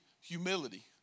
humility